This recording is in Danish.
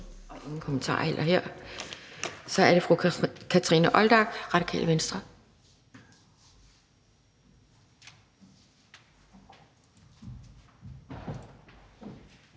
Så er det fru Kathrine Olldag, Radikale Venstre.